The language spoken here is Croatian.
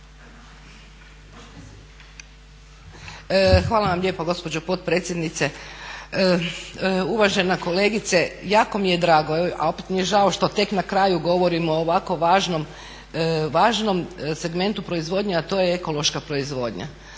Hvala vam lijepa gospođo potpredsjednice. Uvažena kolegice, jako mi je drago, a opet mi je žao što tek na kraju govorimo o ovako važnom segmentu proizvodnje a to je ekološka proizvodnja.